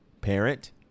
Parent